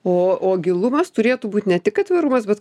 o o gilumas turėtų būt ne tik atvirumas bet